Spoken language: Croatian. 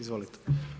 Izvolite.